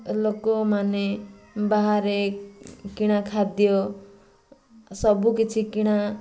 ଲୋକମାନେ ବାହାରେ କିଣା ଖାଦ୍ୟ ସବୁକିଛି କିଣା